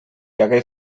hagué